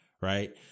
right